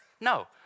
No